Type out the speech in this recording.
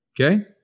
Okay